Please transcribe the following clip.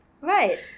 Right